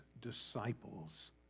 disciples